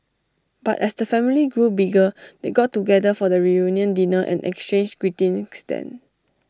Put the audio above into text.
but as the family grew bigger they got together for the reunion dinner and exchanged greetings then